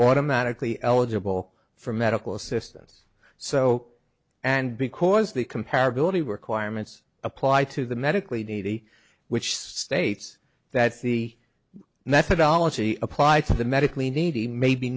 automatically eligible for medical assistance so and because the compatibility requirements apply to the medically needy which states that the methodology applied to the medical